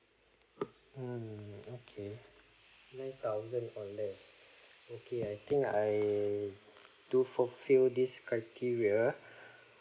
mm okay nine thousand or less okay I think I do fulfill this criteria